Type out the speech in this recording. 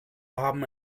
haben